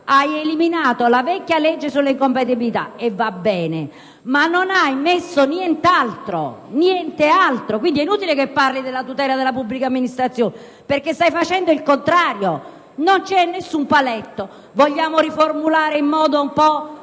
stata eliminata la vecchia legge sulle incompatibilità, e questo va bene, ma non è stato previsto niente altro. Quindi è inutile che lei parli della tutela della pubblica amministrazione, perché si sta facendo il contrario: non c'è alcun paletto. Vogliamo riformulare in modo un po'